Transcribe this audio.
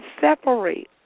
separate